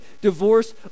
divorce